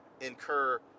incur